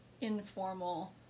informal